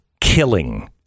killing